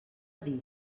dir